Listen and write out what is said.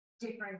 different